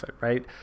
right